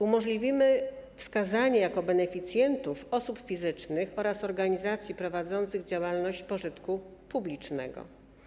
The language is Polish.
Umożliwimy wskazanie jako beneficjentów osób fizycznych oraz organizacji prowadzących działalność pożytku publicznego.